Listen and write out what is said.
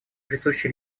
присущи